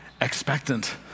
expectant